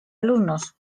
alumnos